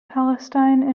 palestine